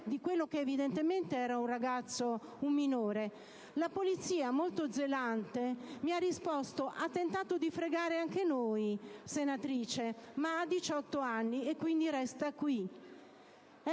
di quello che era evidentemente un minore; la Polizia, molto zelante, mi ha risposto: «Ha tentato di fregare anche noi, senatrice, ma ha 18 anni e quindi resta qui».